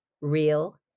real